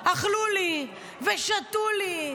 אכלו לי ושתו לי.